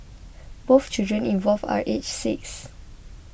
both children involved are aged six